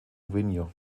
vinho